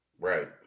Right